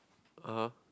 ah [huh]